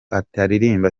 ataririmba